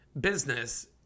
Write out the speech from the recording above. business